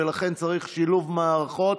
ולכן צריך שילוב מערכות,